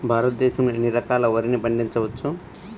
భారతదేశంలో ఎన్ని రకాల వరిని పండించవచ్చు